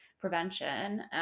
prevention